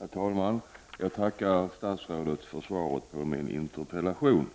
Herr talman! Jag tackar statsrådet för svaret på min interpellation.